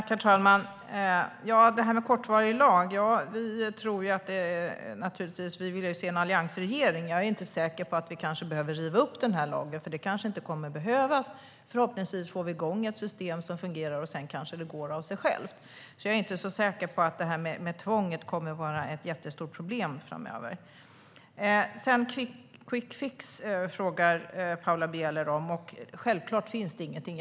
Herr talman! Paula Bieler menar att det kommer att bli en kortvarig lag. Nu vill ju vi se en alliansregering. Jag är inte alldeles säker på att vi kommer att behöva riva upp den här lagen. Förhoppningsvis får vi igång ett system som fungerar, och sedan kanske det går av sig självt. Jag är inte så säker på att detta med tvånget kommer att vara ett jättestort problem. Paula Bieler frågar om en quickfix. Självklart finns det ingen sådan.